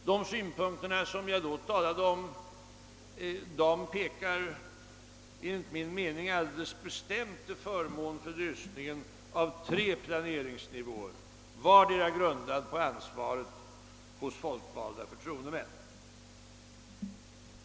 De synpunkter jag vid detta tillfälle framförde talar enligt min mening alldeles bestämt till förmån för en lösning med tre planeringsnivåer, var och en grundad på ansvaret hos folkvalda förtroendemän.